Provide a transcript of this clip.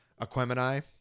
Aquemini